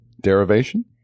Derivation